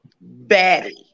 Batty